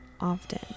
often